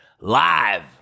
live